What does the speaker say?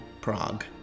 Prague